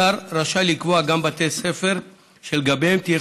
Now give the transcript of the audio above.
השר רשאי לקבוע גם בתי ספר שלגביהם תהיה